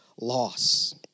loss